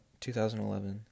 2011